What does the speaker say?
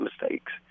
mistakes